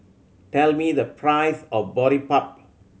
tell me the price of Boribap